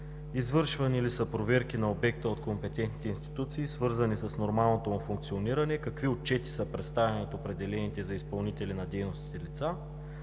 Извършвани ли са проверки на обекта от компетентните институции, свързани с нормалното му функциониране? Какви отчети са представяни от определените за изпълнители на дейностите лица?